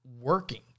working